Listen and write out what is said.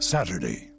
Saturday